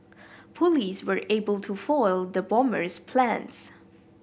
police were able to foil the bomber's plans